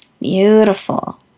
Beautiful